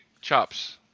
chops